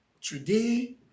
Today